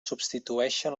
substitueixen